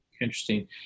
Interesting